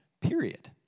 period